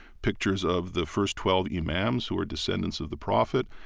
pictures of the first twelve imams, who were descendants of the prophet,